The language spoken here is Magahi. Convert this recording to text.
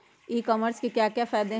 ई कॉमर्स के क्या फायदे हैं?